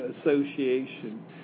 Association